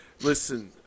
Listen